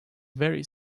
very